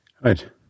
Right